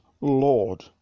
Lord